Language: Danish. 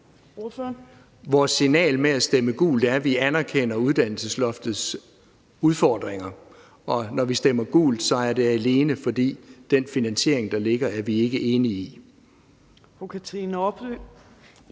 Vores signal ved at stemme gult er, at vi anerkender uddannelsesloftets udfordringer. Og når vi stemmer gult, er det alene, fordi den finansiering, der ligger, er vi ikke enige i. Kl. 12:04